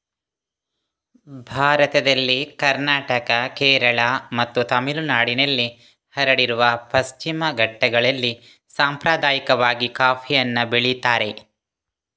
ಭಾರತದಲ್ಲಿ ಕರ್ನಾಟಕ, ಕೇರಳ ಮತ್ತು ತಮಿಳುನಾಡಿನಲ್ಲಿ ಹರಡಿರುವ ಪಶ್ಚಿಮ ಘಟ್ಟಗಳಲ್ಲಿ ಸಾಂಪ್ರದಾಯಿಕವಾಗಿ ಕಾಫಿಯನ್ನ ಬೆಳೀತಾರೆ